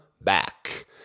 back